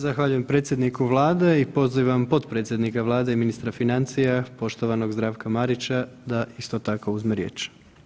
Zahvaljujem predsjedniku Vlade i pozivam potpredsjednika Vlade i ministra financija, poštovanog Zdravka Marića da isto tako uzme riječ.